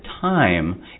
time